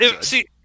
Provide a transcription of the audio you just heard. see